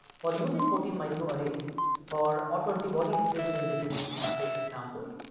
for using protein microarrays for auto antibody screening in the human patient samples.